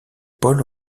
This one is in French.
paul